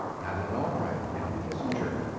madeleine albright, henry kissinger,